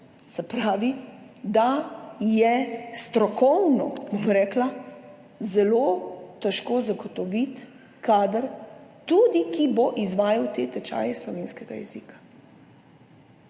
Se pravi, da je strokovno, bom rekla, zelo težko zagotoviti kader, tudi tistega, ki bo izvajal te tečaje slovenskega jezika.